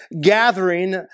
gathering